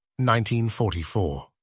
1944